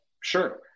sure